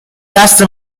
دست